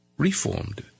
Reformed